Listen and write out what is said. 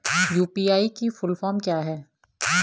UPI की full form क्या है?